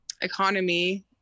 economy